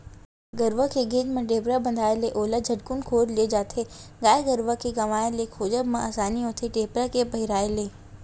गरुवा के घेंच म टेपरा बंधाय ले ओला झटकून खोज ले जाथे गाय गरुवा के गवाय ले खोजब म असानी होथे टेपरा के पहिराय ले